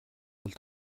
бол